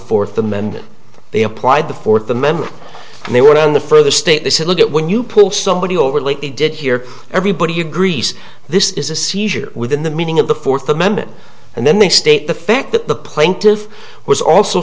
fourth amendment they applied the fourth amendment and they were on the further state they said look at when you pull somebody over like they did here everybody agrees this is a seizure within the meaning of the fourth amendment and then they state the fact that the plaintiff was also